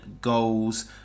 goals